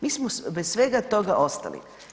Mi smo bez svega toga ostali.